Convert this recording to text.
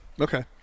okay